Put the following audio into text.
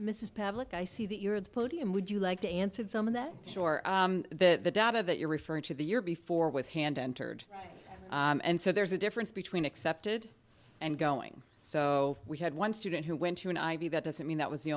mrs pavlik i see that you're at the podium would you like to answer some of the sure that the data that you're referring to the year before with hand entered and so there's a difference between accepted and going so we had one student who went to an ivy that doesn't mean that was the